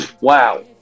wow